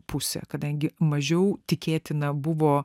pusę kadangi mažiau tikėtina buvo